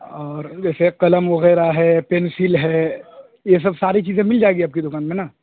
اور جیسے قلم وغیرہ ہے پنسل ہے یہ سب ساری چیزیں مل جائے گی آپ کی دوکان میں نا